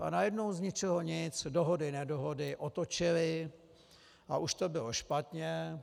A najednou z ničeho nic dohody nedohody otočili a už to bylo špatně.